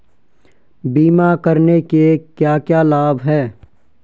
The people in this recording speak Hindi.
बीमा करने के क्या क्या लाभ हैं?